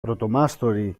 πρωτομάστορη